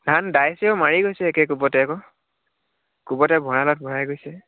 ধান দাইছেও মাৰি গৈছে একে কোবতে আকৌ কোবতে ভঁৰালত ভৰাই গৈছে